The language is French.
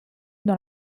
dans